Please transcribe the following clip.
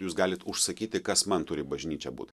jūs galit užsakyti kas man turi bažnyčia būt